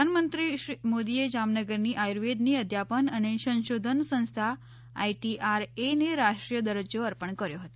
પ્રધાનમંત્રીશ્રી મોદીએ જામનગરની આયુર્વેદની અધ્યાપન અને સંશોધન સંસ્થા આઇટીઆરએ ને રાષ્ટ્રીરીય દરજ્જો અર્પણ કર્યો હતો